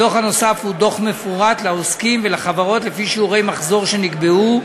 הדוח הנוסף הוא דוח מפורט לעוסקים ולחברות לפי שיעורי מחזור שנקבעו,